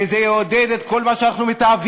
וזה יעודד את כל מה שאנחנו מתעבים.